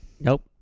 Nope